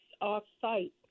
off-site